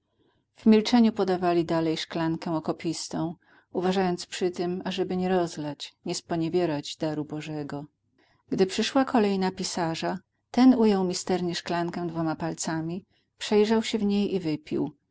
w milczeniu podawali dalej szklankę okopistą uważając przytem ażeby nie rozlać nie sponiewierać daru bożego gdy przyszła kolej na pisarza ten ujął misternie szklankę dwoma palcami przejrzał się w niej i wypił